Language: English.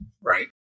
right